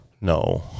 No